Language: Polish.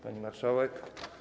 Pani Marszałek!